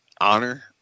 honor